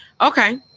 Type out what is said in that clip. Okay